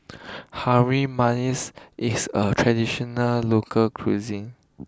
Harum Manis is a traditional local cuisine